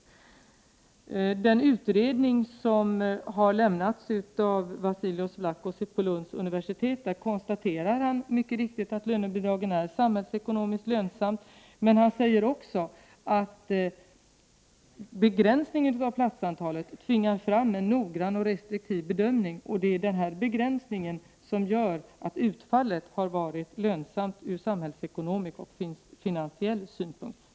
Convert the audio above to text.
I den utredning som har gjorts av Vassilios Vlachos vid Lunds universitet konstateras mycket riktigt att lönebidragen är samhällsekonomiskt lönsamma. Vassilios Vlachos säger också att begränsningen av platsantalet tvingar fram en noggrann och restriktiv bedömning, och det är denna begränsning som gör att utfallet har varit lönsamt från samhällsekonomisk och finansiell synpunkt.